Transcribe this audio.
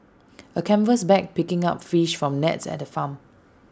A canvas bag picking up fish from nets at A farm